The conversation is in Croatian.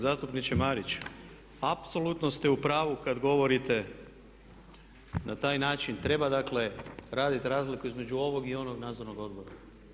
Poštovani zastupniče Mariću, apsolutno ste u pravu kada govorite na taj način, treba dakle raditi razliku između ovog i onog nadzornog odbora.